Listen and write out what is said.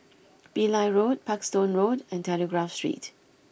Pillai Road Parkstone Road and Telegraph Street